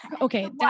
Okay